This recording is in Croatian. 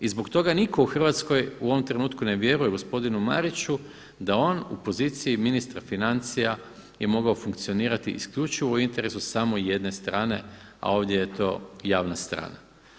I zbog toga nitko u Hrvatskoj u ovom trenutku ne vjerujem gospodinu Mariću da on u poziciji ministra financija je mogao funkcionirati isključivo u interesu samo jedne strane a ovdje to javna strana.